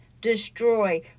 destroy